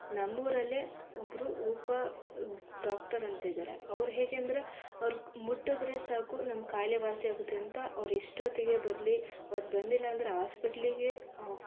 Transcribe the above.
ನಮ್ಮೂರಲ್ಲೇ ಒಬ್ಬರು ರೂಪ ಡಾಕ್ಟರ್ ಅಂತ ಇದ್ದಾರೆ ಅವ್ರು ಹೇಗೆಂದರೆ ಅವ್ರು ಮುಟ್ಟಿದರೆ ಸಾಕು ನಮ್ಗೆ ಕಾಯಿಲೆ ವಾಸಿಯಾಗುತ್ತೆ ಅಂತ ಅವ್ರು ಎಷ್ಟೊತ್ತಿಗೆ ಬರಲಿ ಈವಾಗ ಬಂದಿಲ್ಲ ಅಂದ್ರೆ ಆಸ್ಪಿಟ್ಲಿಗೆ